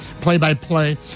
play-by-play